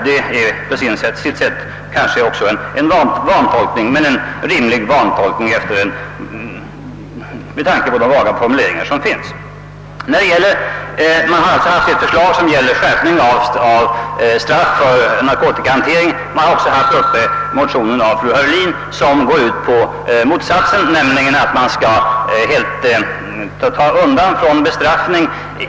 Det var delvis en feltolkning, men en rimlig sådan med tanke på de vaga formuleringarna i utlåtandet. Man har alltså haft att ta ställning till ett förslag om skärpning av straffet för narkotikahantering och till ett annat — från fru Heurlin — om att innehavet av narkotika helt skall undantagas från bestraffning.